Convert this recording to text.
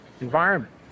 environment